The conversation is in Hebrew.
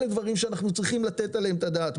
אלה הדברים שאנחנו צריכים לתת עליהם את הדעת.